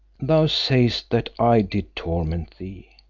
thou sayest that i did torment thee,